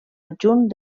adjunt